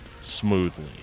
smoothly